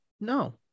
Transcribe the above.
No